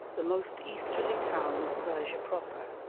the most easterly town of persia proper